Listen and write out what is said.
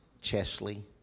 Chesley